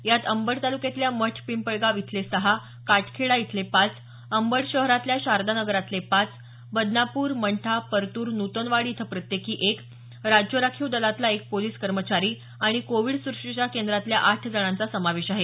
यात अंबड ताल्क्यातल्या मठ पिंपळगाव इथले सहा काटखेडा इथले पाच अंबड शहरातल्या शारदा नगरातले पाच बदनापूर मंठा परतूर नुतनवाडी इथं प्रत्येकी एक राज्य राखीव दलातला एक पोलीस कर्मचारी आणि कोविड सुश्रषा केंद्रातल्या आठ जणांचा समावेश आहे